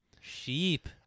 Sheep